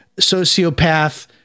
sociopath